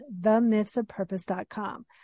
themythsofpurpose.com